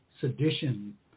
sedition